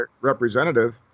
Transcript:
representative